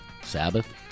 Sabbath